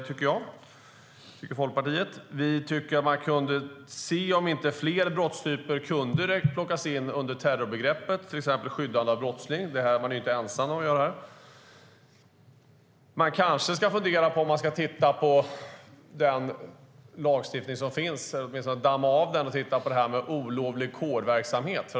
Vi tycker också att man skulle kunna se över om inte fler brottstyper kan plockas in under terrorbegreppet, till exempel skyddande av brottsling. De som reser är ju inte ensamma om att göra det. Man kanske ska fundera på om man ska se över eller åtminstone damma av den lagstiftning som finns om olovlig kårverksamhet.